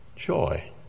Joy